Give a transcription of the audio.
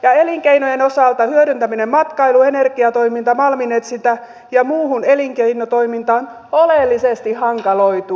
ja elinkeinojen osalta hyödyntäminen matkailuun energiatoimintaan malminetsintään ja muuhun elinkeinotoimintaan oleellisesti hankaloituu